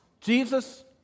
Jesus